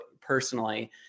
personally